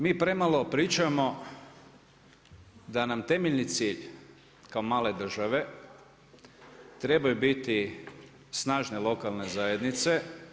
Mi premalo pričamo, da nam temeljni cilj kao male države trebaju biti snažene lokalne zajednice.